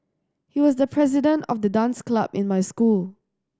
he was the president of the dance club in my school